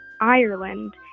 Ireland